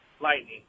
lightning